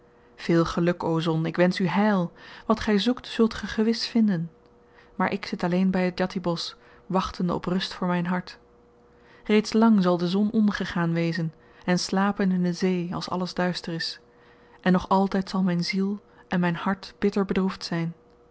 veel geluk o zon ik wensch u heil wat gy zoekt zult ge gewis vinden maar ik zit alleen by het djati bosch wachtende op rust voor myn hart reeds lang zal de zon ondergegaan wezen en slapen in de zee als alles duister is en nog altyd zal myn ziel en myn hart bitter bedroefd zyn